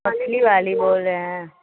مچھلی والی بول رہے ہیں